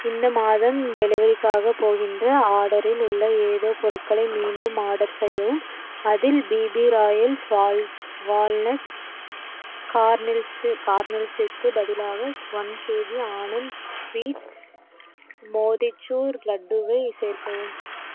இந்த மாதம் டெலிவெரிக்காக போகின்ற ஆர்டரில் உள்ள ஏதோ பொருட்களை மீண்டும் ஆர்டர் செய்யவும் அதில் பிபி ராயல்ஸ் வால் வால்னட் கார்னில்ஸ்ஸு கார்னில்ஸ்ஸுக்கு பதிலாக one KG Anand sweets motichoor லட்டுவை சேர்க்கவும்